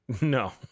No